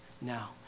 now